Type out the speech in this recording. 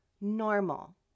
normal